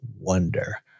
wonder